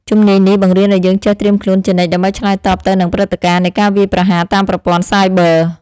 ជំនាញនេះបង្រៀនឱ្យយើងចេះត្រៀមខ្លួនជានិច្ចដើម្បីឆ្លើយតបទៅនឹងព្រឹត្តិការណ៍នៃការវាយប្រហារតាមប្រព័ន្ធសាយប័រ។